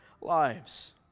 lives